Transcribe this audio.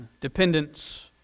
Dependence